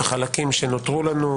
החלקים שנותרו לנו,